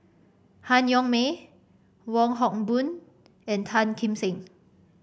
Han Yong May Wong Hock Boon and Tan Kim Seng